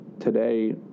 today